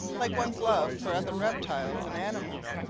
like one's love for other reptiles and animals.